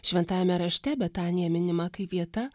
šventajame rašte betanija minima kaip vieta